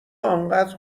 انقدر